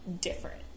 different